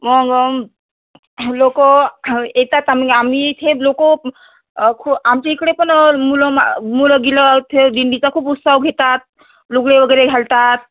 मग लोक येतात आम्ही आम्ही इथे लोक खू आमच्या इकडे पण मुलं माल गेलं ते दिंडीचा खूप उत्साह घेतात लुगडे वगैरे घालतात